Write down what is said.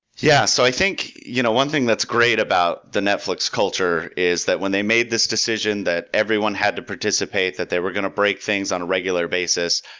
yeah. so i think you know one thing that's great about the netflix culture is that when they made this decision that everyone had to participate, that they were going to break things on a regular basis,